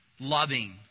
loving